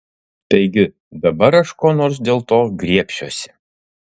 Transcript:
taigi dabar aš ko nors dėl to griebsiuosi